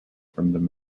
from